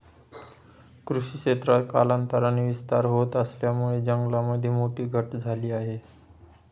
कृषी क्षेत्रात कालांतराने विस्तार होत असल्यामुळे जंगलामध्ये मोठी घट झाली आहे